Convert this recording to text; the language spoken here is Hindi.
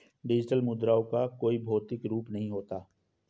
डिजिटल मुद्राओं का कोई भौतिक रूप नहीं होता